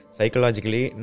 Psychologically